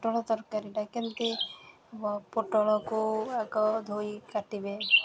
ପୋଟଳ ତରକାରୀଟା କେମିତି ପୋଟଳକୁ ଆଗ ଧୋଇ କାଟିବେ